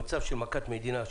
במצב של מכת מדינה,